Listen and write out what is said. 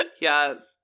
Yes